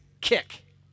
kick